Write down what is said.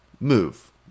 move